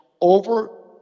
over